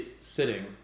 sitting